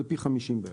זה פי 50 בערך.